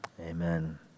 Amen